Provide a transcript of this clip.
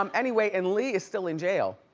um anyway, and lee is still in jail.